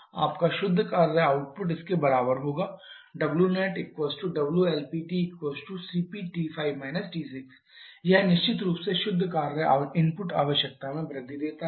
तो आपका शुद्ध कार्य आउटपुट इसके बराबर होगा wnetwLPt cpT5 T6 यह निश्चित रूप से शुद्ध कार्य इनपुट आवश्यकता में वृद्धि देता है